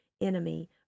enemy